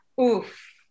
oof